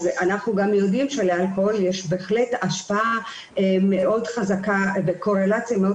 אנחנו גם יודעים שלאלכוהול יש בהחלט השפעה מאוד חזקה וקורלציה מאוד